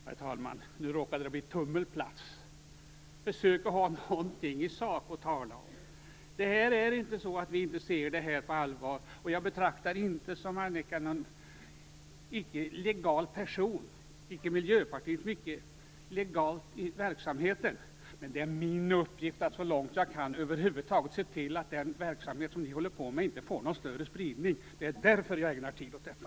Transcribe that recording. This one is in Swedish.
Herr talman! Nu råkade det bli "tummelplats". Försök att ha någonting i sak att tala om! Det är inte så att vi inte tar det här på allvar, och jag betraktar inte Annika Nordgren som någon icke legal person eller Miljöpartiet som icke legalt i verksamheten. Men det är min uppgift att så långt jag kan över huvud taget se till att den verksamhet ni håller på med inte får någon större spridning. Det är därför jag ägnar tid åt detta.